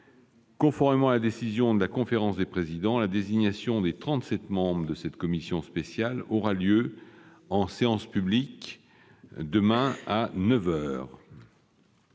Conformément à la décision de la conférence des présidents, la désignation des trente-sept membres de cette commission spéciale aura lieu en séance publique, demain, à